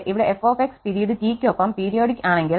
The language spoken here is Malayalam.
ഇവിടെ f പിരീഡ് T ക്ക് ഒപ്പം പീരിയോഡിക് ആണെങ്കിൽ